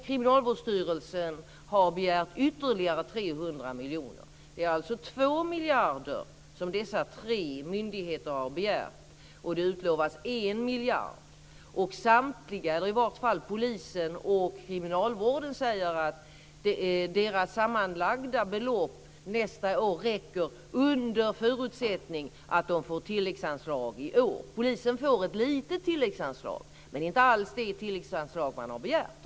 Kriminalvårdsstyrelsen har begärt ytterligare Det är alltså 2 miljarder som dessa tre myndigheter har begärt, och det utlovas 1 miljard. Polisen och Kriminalvårdsstyrelsen säger att deras sammanlagda belopp nästa år räcker under förutsättning att de får tilläggsanslag i år. Polisen får ett litet tilläggsanslag, men inte alls det man har begärt.